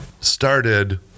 started